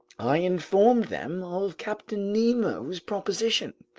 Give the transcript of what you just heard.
i informed them of captain nemo's proposition.